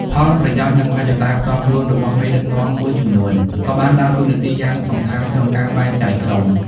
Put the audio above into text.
ផលប្រយោជន៍ និងមហិច្ឆតាផ្ទាល់ខ្លួនរបស់មេដឹកនាំមួយចំនួនក៏បានដើរតួនាទីយ៉ាងសំខាន់ក្នុងការបែងចែកក្រុម។